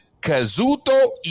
Kazuto